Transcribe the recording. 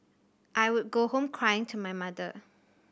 I would go home crying to my mother